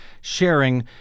sharing